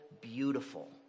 beautiful